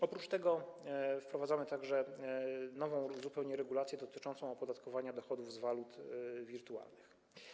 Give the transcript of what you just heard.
Oprócz tego wprowadzamy także zupełnie nową regulację dotyczącą opodatkowania dochodów z walut wirtualnych.